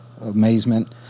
amazement